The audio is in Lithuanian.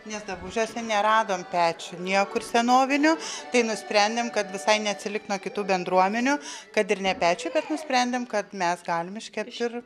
nes dabužiuose neradom pečių niekur senovinių tai nusprendėm kad visai neatsilikt nuo kitų bendruomenių kad ir ne pečiuj bet nusprendėm kad mes galim iškept ir